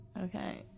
Okay